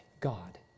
God